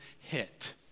hit